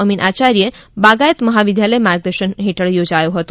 અમીન આચાર્ય બાગાયત મહાવિદ્યાલય માર્ગદર્શન હેઠળ યોજાયો હતો